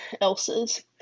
else's